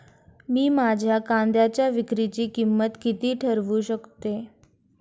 मी माझ्या कांद्यांच्या विक्रीची किंमत किती ठरवू शकतो?